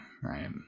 Right